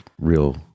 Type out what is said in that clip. real